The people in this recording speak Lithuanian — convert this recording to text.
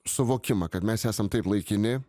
suvokimą kad mes esam taip laikini